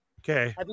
Okay